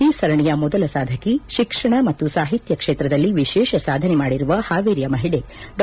ಈ ಸರಣಿಯ ಮೊದಲ ಸಾಧಕಿ ಶಿಕ್ಷಣ ಮತ್ತು ಸಾಹಿತ್ಯ ಕ್ಷೇತ್ರದಲ್ಲಿ ವಿಶೇಷ ಸಾಧನೆ ಮಾಡಿರುವ ಹಾವೇರಿಯ ಮಹಿಳೆ ಡಾ